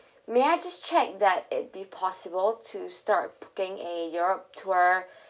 may I just check that if be possible to start booking a europe tour